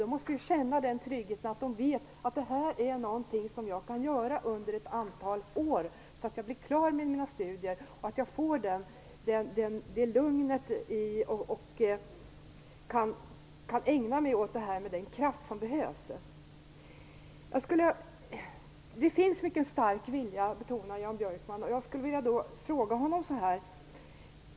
De måste känna en sådan trygghet att de vet att detta är något som de kan ägna sig åt under ett antal år tills de blir klara med sina studier och att de får det lugn som behövs för att de skall kunna ägna sig åt detta med den kraft som behövs. Jan Björkman betonar att det finns en mycket stark vilja. Jag skulle därför vilja ställa en fråga till honom.